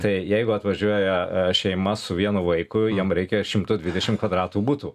tai jeigu atvažiuoja šeima su vienu vaiku jam reikia šimto dvidešim kvadratų butų